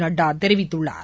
நட்டா தெரிவித்துள்ளார்